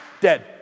Dead